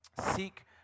seek